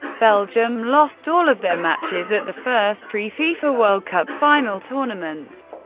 belgium lost all of their matches at the first three fifa world cup final tournaments.